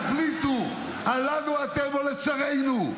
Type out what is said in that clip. שתחליטו: הלנו אתם או לצרינו?